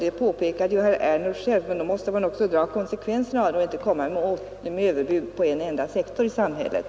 Det påpekade herr Ernulf själv, men då måste han dra konsekvenserna av det och inte komma med överbud på en enda sektor i samhället.